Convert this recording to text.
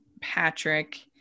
Patrick